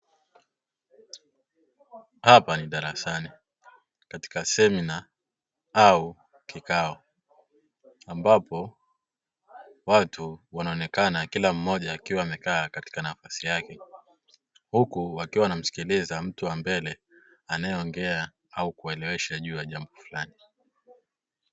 Hapa ni darasani katika semina au kikao, ambapo watu wanaonekana kila mmoja akiwa amekaa katika nafasi yake, huku wakiwa wanamsikiliza mtu wa mbele anayeongea au kuwaelewesha juu ya jambo fulani.